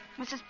Mrs